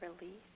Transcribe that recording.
release